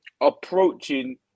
approaching